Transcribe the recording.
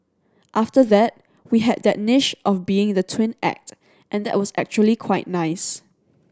after that we had that niche of being the twin act and that was actually quite nice